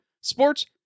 Sports